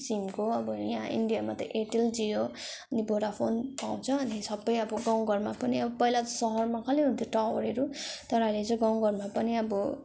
Simco अब यहाँ इन्डियामा त एयरटेल जियो अनि भोडाफोन पाउँछ अनि सबै अब गाउँघरमा पनि पहिला सहरमा खालि हुन्थ्यो टावरहरू तर अहिले चाहिँ गाउँघरमा पनि अब